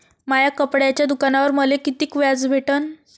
माया कपड्याच्या दुकानावर मले कितीक व्याज भेटन?